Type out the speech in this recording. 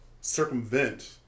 circumvent